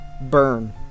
burn